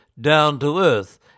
down-to-earth